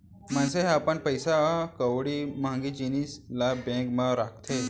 मनसे ह अपन पइसा कउड़ी महँगी जिनिस ल बेंक म राखथे